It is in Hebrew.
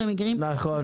נכון.